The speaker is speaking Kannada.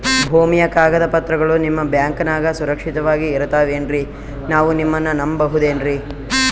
ಭೂಮಿಯ ಕಾಗದ ಪತ್ರಗಳು ನಿಮ್ಮ ಬ್ಯಾಂಕನಾಗ ಸುರಕ್ಷಿತವಾಗಿ ಇರತಾವೇನ್ರಿ ನಾವು ನಿಮ್ಮನ್ನ ನಮ್ ಬಬಹುದೇನ್ರಿ?